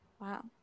Wow